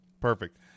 perfect